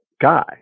guy